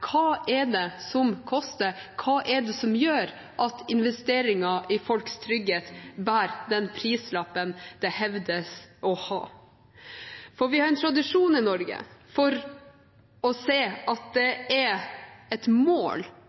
Hva er det som koster, hva er det som gjør at investeringen i folks trygghet bærer den prislappen den hevdes å ha? Vi har en tradisjon i Norge for å se at det er et mål